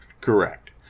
Correct